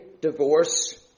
divorce